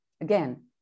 Again